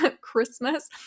Christmas